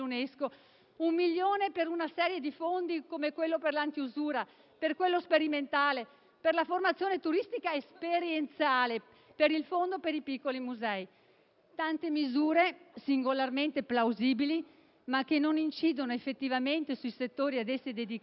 un milione per una serie di fondi come quello per l'antiusura, per quello sperimentale per la formazione turistica esperienziale, per il fondo per i piccoli musei). Sono tante misure singolarmente plausibili che, però, non incidono effettivamente sui settori ad essi dedicati,